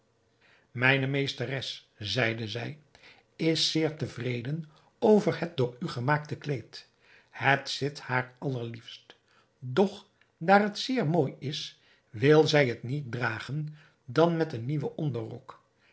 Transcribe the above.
mijne meesteres zeide zij is zeer tevreden over het door u gemaakte kleed het zit haar allerliefst doch daar het zeer mooi is wil zij het niet dragen dan met een nieuwen onderrok